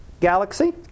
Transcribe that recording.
galaxy